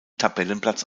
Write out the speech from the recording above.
tabellenplatz